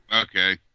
Okay